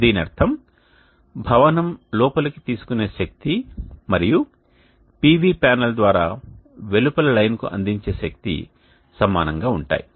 దీని అర్థం భవనం లోపలకు తీసుకునే శక్తి మరియు PV ప్యానెల్ ద్వారా వెలుపల లైన్ కు అందించే శక్తీ సమానంగా ఉంటాయి